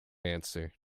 answer